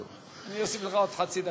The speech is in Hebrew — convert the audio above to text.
אל תדאג, אני אוסיף לך חצי דקה.